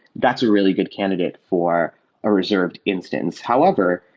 that's a really good candidate for a reserved instance. however,